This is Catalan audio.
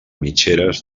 mitgeres